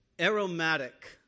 Aromatic